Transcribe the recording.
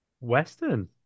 Western